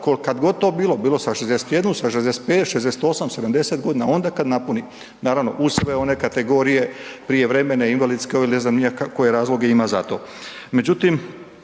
kad god to bilo, bilo sa 61, sa 65, 68, 70, onda kad napuni, naravno uz sve one kategorije prijevremene, invalidske ili ne znam ja koje razloge ima za to.